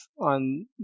on